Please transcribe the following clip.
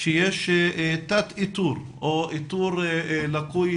שיש תת איתור או איתור לקוי,